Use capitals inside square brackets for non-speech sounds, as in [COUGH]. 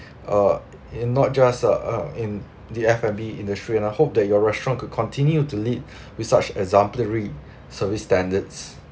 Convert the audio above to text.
uh in not just uh uh in the F&B industry and I hope that your restaurant could continue to lead [BREATH] with such exemplary service standards